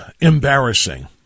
embarrassing